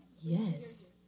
Yes